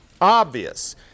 obvious